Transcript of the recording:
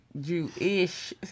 Jewish